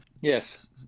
Yes